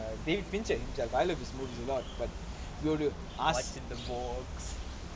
err david pitcher himself I love his movie a lot but ya